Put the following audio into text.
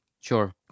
Sure